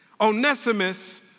Onesimus